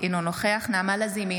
אינו נוכח נעמה לזימי,